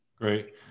Great